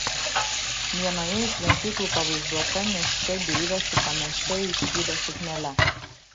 vienoje iš šventyklų pavaizduota nėščia deivė su panašia į šydą suknele